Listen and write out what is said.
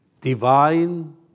divine